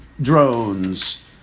Drones